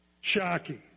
Shocking